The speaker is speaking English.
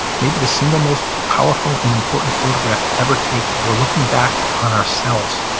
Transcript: maybe the single most powerful and important photograph ever taken. we're looking back on ourselves.